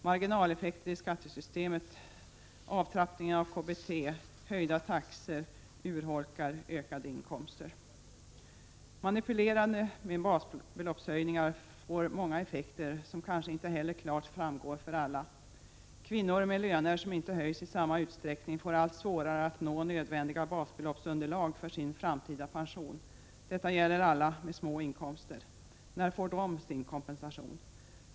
Marginaleffekter i skattesystemet, avtrappning av KBT och höjda taxor urholkar ökade inkomster. Manipulerandet med basbeloppshöjningar får många effekter som kanske inte heller klart framgår för alla. Kvinnor med löner som inte höjs i samma utsträckning får allt svårare att nå nödvändiga basbeloppsunderlag för sin framtida pension. Detta gäller alla med små inkomster. När får de sin kompensation?